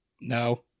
No